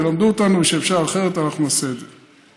תלמדו אותנו שאפשר אחרת, אנחנו נעשה את זה.